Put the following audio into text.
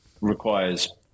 requires